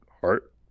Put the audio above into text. heart